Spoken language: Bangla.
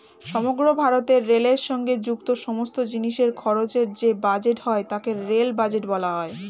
সমগ্র ভারতে রেলের সঙ্গে যুক্ত সমস্ত জিনিসের খরচের যে বাজেট হয় তাকে রেল বাজেট বলা হয়